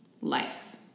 life